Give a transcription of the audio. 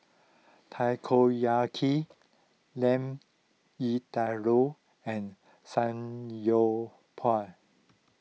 Takoyaki Lamb and Samgyeopsal